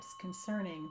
concerning